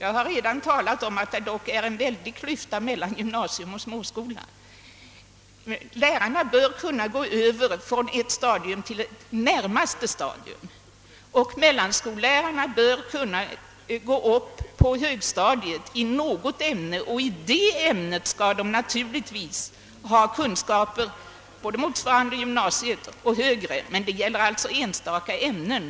Jag har redan talat om att det finns en väldig klyfta mellan gymnasium och småskola. Lärarna bör kunna gå över från ett stadium till det närmast liggande stadiet. Mellanskollärarna bör ha möjlighet att gå till högstadiet i något ämne, och i det ämnet skall de naturligtvis äga kunskaper både motsvarande gymnasiets krav och högre, men detta gäller alltså bara enstaka ämnen.